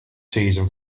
season